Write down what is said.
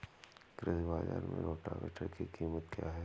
कृषि बाजार में रोटावेटर की कीमत क्या है?